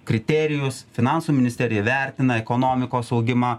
kriterijus finansų ministerija vertina ekonomikos augimą